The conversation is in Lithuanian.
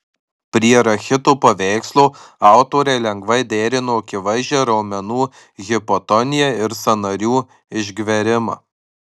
prie rachito paveikslo autoriai lengvai derino akivaizdžią raumenų hipotoniją ir sąnarių išgverimą